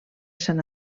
sant